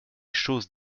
choses